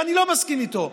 ואני לא מסכים איתו,